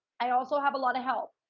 i also have a lot of help.